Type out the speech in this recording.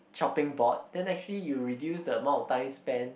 chopping board then actually you reduce the amount of time spend